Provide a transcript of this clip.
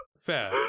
fair